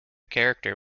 character